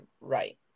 right